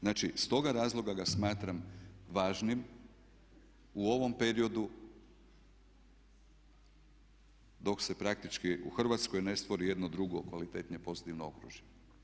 Znači iz toga razloga ga smatram važnim u ovom periodu dok se praktički u Hrvatskoj ne stvori jedno drugo kvalitetnije pozitivno okružje.